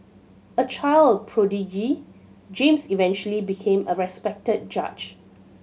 a child prodigy James eventually became a respected judge